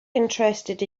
interested